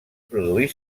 produir